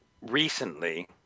Recently